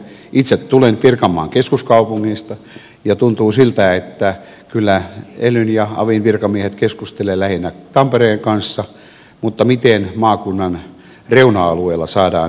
itse tulen pirkanmaan keskuskaupungista ja tuntuu siltä että kyllä elyn ja avin virkamiehet keskustelevat lähinnä tampereen kanssa mutta miten maakunnan reuna alueilla saadaan ääni kuuluville